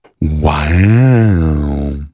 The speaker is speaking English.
wow